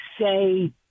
say